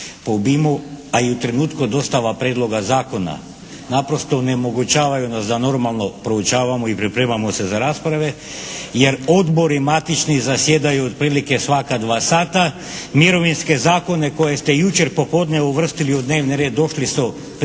Po obimu a i u trenutku dostava prijedloga zakona naprosto onemogućavaju nas da normalno proučavamo i pripremamo se za rasprave jer odbori matični zasjedaju otprilike svaka dva sata. Mirovinske zakone koje ste jučer popodne uvrstili u dnevni red došli su prije